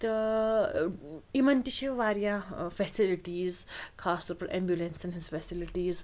تہٕ یِمَن تہِ چھِ واریاہ ٲں فیسَلٹیٖز خاص طور پَر ایٚمبولیٚنسَن ہنٛز فیسَلٹیٖز